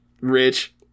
Rich